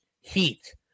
heat